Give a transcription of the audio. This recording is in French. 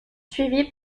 suivies